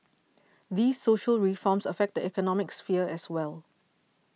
these social reforms affect the economic sphere as well